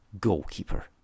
Goalkeeper